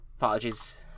Apologies